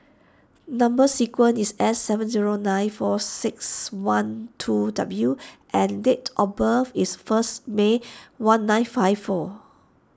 Number Sequence is S seven zero nine four six one two W and date of birth is first May one nine five four